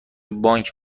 بانک